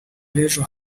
b’ejo